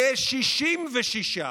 ל-66,